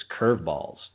curveballs